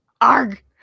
Arg